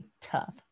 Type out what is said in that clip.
tough